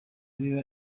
biba